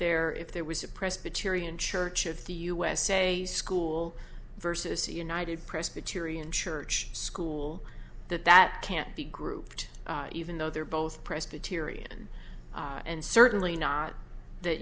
there if there was a presbyterian church of the u s a school versus a united presbyterian church school that that can't be grouped even though they're both presbyterian and certainly not that